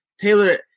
Taylor